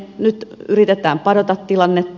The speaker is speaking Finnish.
nyt yritetään padota tilannetta